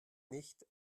nicht